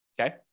Okay